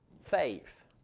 faith